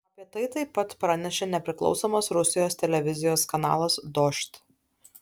apie tai taip pat pranešė nepriklausomas rusijos televizijos kanalas dožd